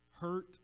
hurt